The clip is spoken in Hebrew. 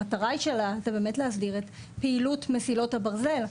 המטרה שלה באמת להסדיר את פעילות מסילות הברזל.